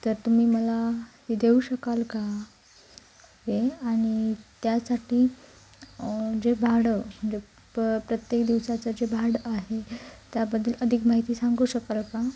तर तुम्ही मला ती देऊ शकाल का हे आणि त्यासाठी जे भाडं म्हणजे प प्रत्येक दिवसाचं जे भाडं आहे त्याबद्दल अधीक माहिती सांगू शकाल का